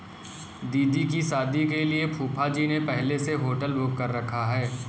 दीदी की शादी के लिए फूफाजी ने पहले से होटल बुक कर रखा है